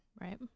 Right